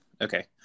Okay